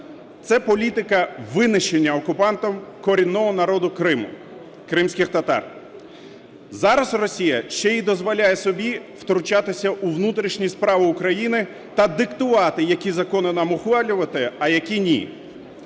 Це політика винищення окупантом корінного народу Криму – кримських татар. Зараз Росія ще й дозволяє собі втручатися у внутрішні справи України та диктувати, які закони нам ухвалювати, а які ні.